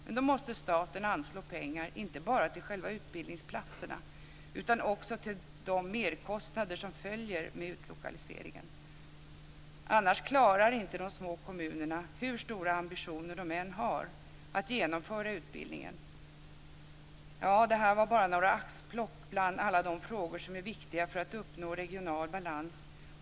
Men då måste staten anslå pengar inte bara till själva utbildningsplatserna utan också till de merkostnader som följer med utlokaliseringen. Annars klarar inte de små kommunerna, hur stora ambitioner de än har, att genomföra utbildningen. Det här var bara några axplock av alla de frågor som är viktiga för att uppnå regional balans.